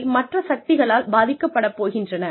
அவை மற்ற சக்திகளால் பாதிக்கப்படப் போகின்றன